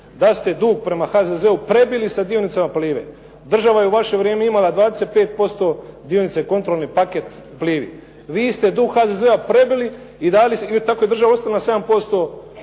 da ste dug prema HZZ-u prebili sa dionicama Plive. Država je u vaše vrijeme imala 25% dionica i kontrolni paket Plivi. Vi ste dug HZZ-a prebili i dali i tako je država ostala na 7%